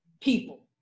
people